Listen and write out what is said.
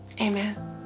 amen